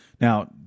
Now